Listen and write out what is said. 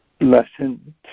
lesson